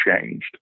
changed